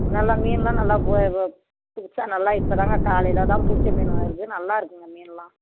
நல்லா மீன்லாம் நல்லா ஃப்ரெஷ்ஷாக நல்லா இப்போதாங்க காலையில்தான் பிடிச்ச மீன் வருது நல்லாயிருக்குங்க மீன்லாம்